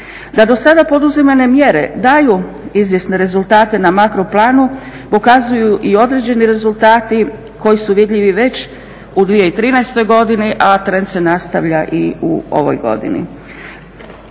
Da do sada poduzimane mjere daju izvjesne rezultate na makro planu pokazuju i određeni rezultati koji su vidljivi već u 2013. godini, a trend se nastavlja i u ovoj godini.